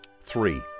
Three